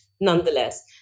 nonetheless